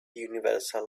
universal